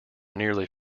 nearly